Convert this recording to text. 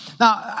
Now